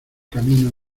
camino